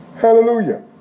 hallelujah